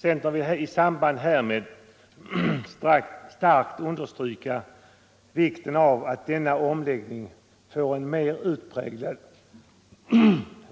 Centern vill i samband härmed understryka vikten av att denna omläggning får en mer utpräglad